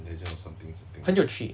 很有趣